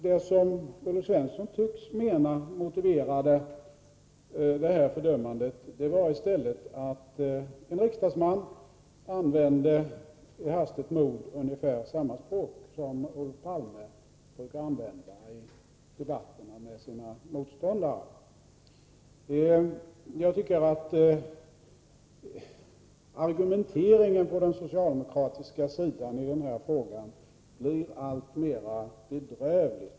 Det som Olle Svensson tycks mena motiverade det här fördömandet var i stället att en riksdagsman i hastigt mod använde ungefär samma språk som Olof Palme brukar använda i debatterna med sina motståndare. Jag tycker att argumenteringen på den socialdemokratiska sidan i den här frågan blir alltmer bedrövlig.